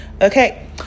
Okay